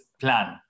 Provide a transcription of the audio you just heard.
plan